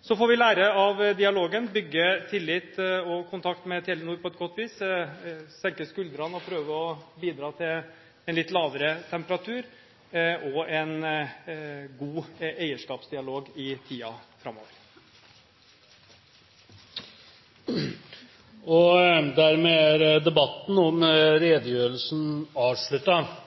Så får vi lære av dialogen, bygge tillit og kontakt med Telenor på et godt vis, senke skuldrene og prøve å bidra til en litt lavere temperatur og en god eierskapsdialog i tiden framover. Dermed er debatten om